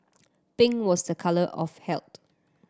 pink was the colour of health